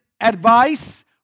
advice